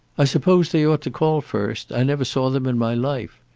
i suppose they ought to call first. i never saw them in my life.